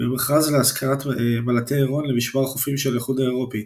במכרז להשכרת מל"טי הרון למשמר החופים של האיחוד האירופי,